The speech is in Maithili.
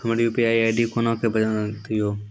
हमर यु.पी.आई आई.डी कोना के बनत यो?